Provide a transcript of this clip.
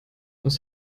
was